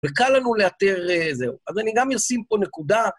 וקל לנו לאתר זהו. אז אני גם אשים פה נקודה...